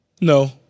no